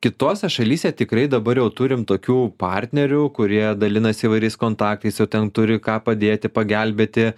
kitose šalyse tikrai dabar jau turim tokių partnerių kurie dalinasi įvairiais kontaktais jau ten turi ką padėti pagelbėti